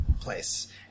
place